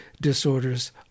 Disorders